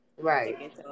right